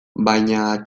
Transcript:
baina